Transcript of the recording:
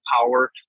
power